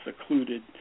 secluded